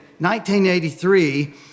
1983